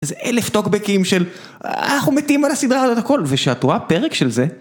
איזה אלף טוקבקים של אנחנו מתים על הסדרה על הכל, וכשאת רואה פרק של זה.